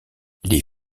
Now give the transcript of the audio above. les